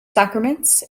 sacraments